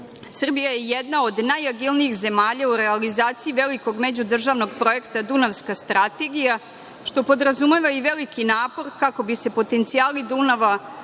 Srbiji. Srbija je jedna od najagilnijih zemalja u realizaciji velikom međudržavnog projekta Dunavska strategija, što podrazumeva i veliki napor kako bi se potencijali Dunava